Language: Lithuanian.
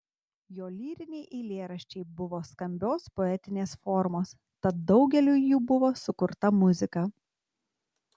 jo lyriniai eilėraščiai buvo skambios poetinės formos tad daugeliui jų buvo sukurta muzika